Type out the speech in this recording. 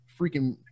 Freaking